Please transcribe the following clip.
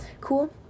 cool